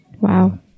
Wow